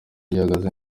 gihagaze